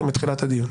מתחילת הדיון.